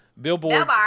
Billboard